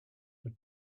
but